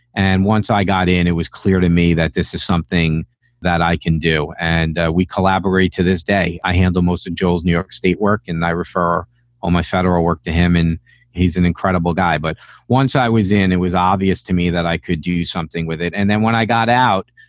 and once i got in, it was clear to me that this is something that i can do and we collaborate to this day. i handled most of joel's new york state work and i refer all my federal work to him. and he's an incredible guy. but once i was in, it was obvious to me that i could do something with it. and then when i got out,